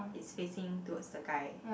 it's facing towards the guy